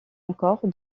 encore